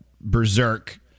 berserk